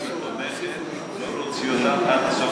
של הממשלה תהיה שהיא תומכת בלא להוציא אותם עד סוף,